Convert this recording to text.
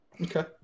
Okay